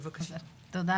בבקשה לדבר